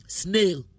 snail